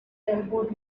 elbowed